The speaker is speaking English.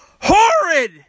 horrid